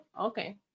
okay